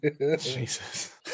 Jesus